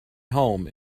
home